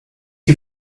you